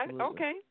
Okay